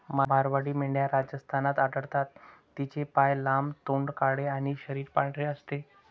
मारवाडी मेंढ्या राजस्थानात आढळतात, तिचे पाय लांब, तोंड काळे आणि शरीर पांढरे असते